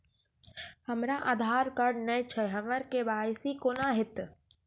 हमरा आधार कार्ड नई छै हमर के.वाई.सी कोना हैत?